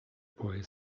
boy